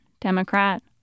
Democrat